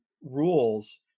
rules